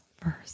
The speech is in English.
first